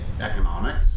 economics